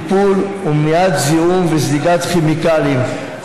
טיפול ומניעת זיהום וזליגת כימיקלים.